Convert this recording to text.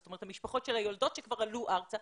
זאת אומרת המשפחות של היולדות שכבר עלו ארצה,